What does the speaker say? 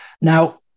Now